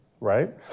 right